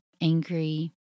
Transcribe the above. angry